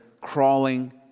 crawling